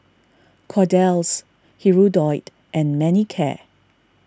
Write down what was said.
Kordel's Hirudoid and Manicare